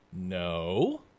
No